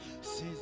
Says